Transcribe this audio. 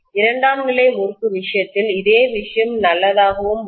இரண்டாம் நிலை முறுக்கு விஷயத்திலும் இதே விஷயம் நல்லதாக வரும்